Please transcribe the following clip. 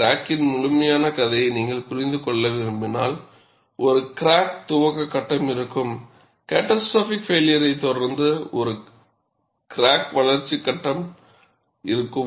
கிராக்கின் முழுமையான கதையை நீங்கள் புரிந்து கொள்ள விரும்பினால் ஒரு கிராக் துவக்க கட்டம் இருக்கும் கேட்டாஸ்ட்ரோபிக் பைளியர் தொடர்ந்து ஒரு கிராக் வளர்ச்சி கட்டம் இருக்கும்